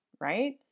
right